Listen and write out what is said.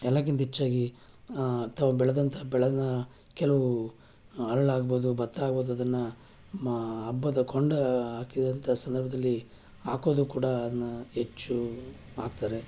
ಎಲ್ಲಕ್ಕಿಂತ ಹೆಚ್ಚಾಗಿ ತಾವು ಬೆಳೆದಂಥ ಬೆಳೆಯನ್ನ ಕೆಲವು ಅರಳು ಆಗ್ಬೋದು ಭತ್ತ ಆಗ್ಬೋದು ಅದನ್ನು ನಮ್ಮ ಹಬ್ಬದ ಕೊಂಡ ಹಾಕಿದಂಥ ಸಂದರ್ಭದಲ್ಲಿ ಹಾಕೋದು ಕೂಡ ಅದನ್ನು ಹೆಚ್ಚು ಹಾಕ್ತಾರೆ